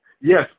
Yes